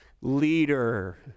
leader